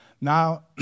Now